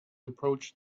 approached